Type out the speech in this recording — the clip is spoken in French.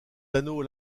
anneaux